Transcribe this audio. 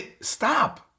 stop